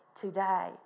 today